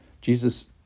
Jesus